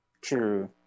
true